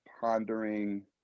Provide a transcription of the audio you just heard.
pondering